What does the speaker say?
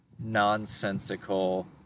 nonsensical